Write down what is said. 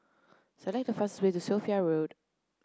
select the fastest way to Sophia Road